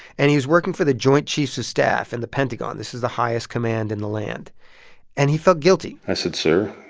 and he was working for the joint chiefs of staff and the pentagon this is the highest command in the land and he felt guilty i said, sir,